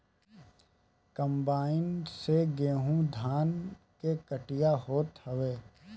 combine से गेंहू धान के कटिया होत हवे